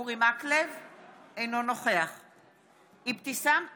אינו נוכח אבתיסאם מראענה,